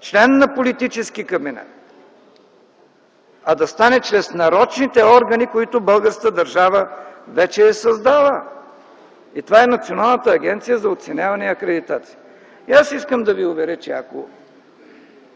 член на политически кабинет, а да стане чрез нарочните органи, които българската държава вече е създала, и това е Националната агенция за оценяване и акредитация. Аз искам да Ви уверя, че ако